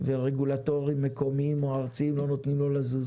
ורגולטורים מקומיים או ארציים לא נותנים לו לזוז